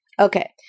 Okay